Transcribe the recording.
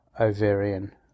ovarian